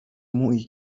موئی